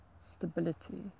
stability